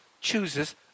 chooses